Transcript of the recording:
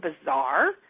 bizarre –